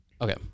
okay